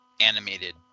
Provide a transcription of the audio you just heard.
animated